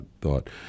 thought